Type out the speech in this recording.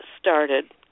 started